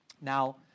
Now